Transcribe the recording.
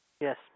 Yes